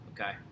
Okay